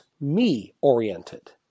me-oriented